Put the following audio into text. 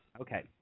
Okay